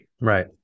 Right